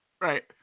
Right